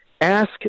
ask